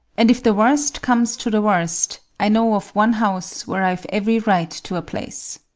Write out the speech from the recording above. and if the worst comes to the worst, i know of one house where i've every right to a place.